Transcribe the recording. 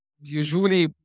usually